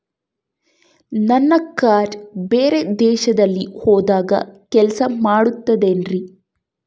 ನನ್ನ ಕಾರ್ಡ್ಸ್ ಬೇರೆ ದೇಶದಲ್ಲಿ ಹೋದಾಗ ಕೆಲಸ ಮಾಡುತ್ತದೆ ಏನ್ರಿ?